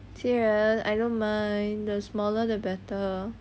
serious I don't mind the smaller the better